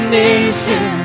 nation